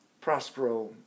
Prospero